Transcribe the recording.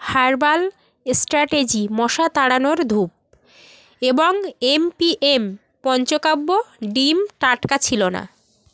herbal strategy মশা তাড়ানোর ধূপ এবং এমপিএম পঞ্চকাব্য ডিম টাটকা ছিল না